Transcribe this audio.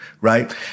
right